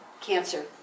cancer